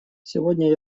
сегодня